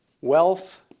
wealth